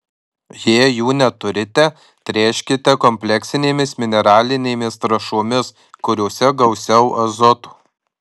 jei jų neturite tręškite kompleksinėmis mineralinėmis trąšomis kuriose gausiau azoto